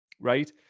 right